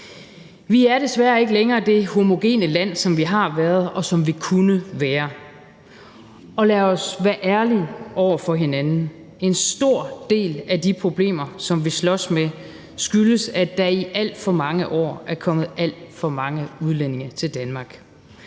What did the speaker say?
Vi er desværre ikke længere det homogene land, som vi har været, og som vi kunne være, og lad os være ærlige over for hinanden: En stor del af de problemer, som vi slås med, skyldes, at der i alt for mange år er kommet alt for mange udlændinge til Danmark.